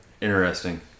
Interesting